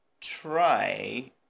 try